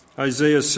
Isaiah